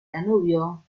danubio